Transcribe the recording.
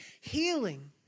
healing